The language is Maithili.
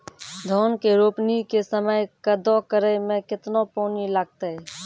धान के रोपणी के समय कदौ करै मे केतना पानी लागतै?